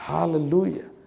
Hallelujah